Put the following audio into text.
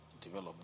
Develop